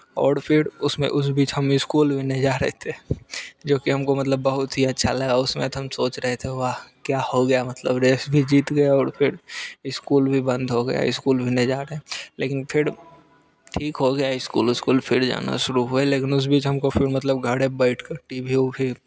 और फिर उसमें उस बीच हम स्कूल भी नहीं जा रहे थे जो कि हमको मतलब बहुत ही अच्छा लगा उसमें तो हम सोच रहे थे वहाँ क्या हो गया मतलब रेस भी जीत गया और फिर स्कूल भी बंद हो गया स्कूल भी नहीं जा रहे लेकिन फिर ठीक हो गया स्कूल उस्कूल फिर जाना शुरू हुआ लेकिन उस बीच हमको फिर मतलब गाड़े बैठ कर टी वी उबी